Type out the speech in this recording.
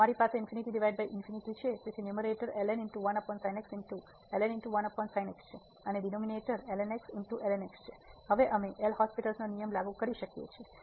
તેથી અમારી પાસે ∞∞ છે તેથી ન્યૂમેરેટર છે અને ડિનોમીનેટર છેહવે અમે એલહોસ્પિટલL'hospitalનો નિયમ લાગુ કરી શકીએ છીએ